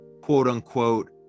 quote-unquote